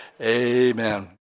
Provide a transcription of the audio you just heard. Amen